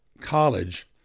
College